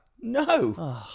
No